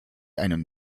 einem